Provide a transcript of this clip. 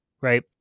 Right